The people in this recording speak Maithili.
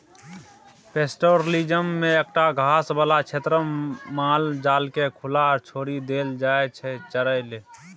पैस्टोरलिज्म मे एकटा घास बला क्षेत्रमे माल जालकेँ खुला छोरि देल जाइ छै चरय लेल